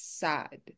sad